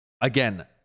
Again